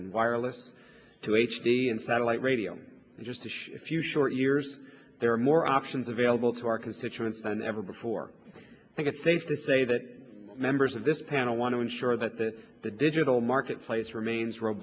and wireless to h d and satellite radio in just a few short years there are more options available to our constituents than ever before i think it's safe to say that members of this panel want to ensure that the digital marketplace remains r